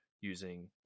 using